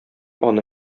аны